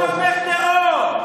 אתה תומך טרור.